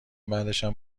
بعدشم